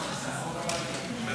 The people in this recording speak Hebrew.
בעד,